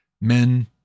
men